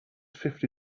fifty